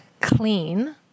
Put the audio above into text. Clean